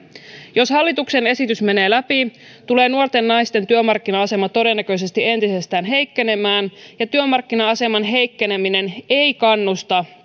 jos hallituksen esitys menee läpi tulee nuorten naisten työmarkkina asema todennäköisesti entisestään heikkenemään ja työmarkkina aseman heikkeneminen ei kannusta